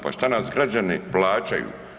Pa šta nas građani plaćaju?